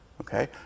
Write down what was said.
Okay